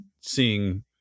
seeing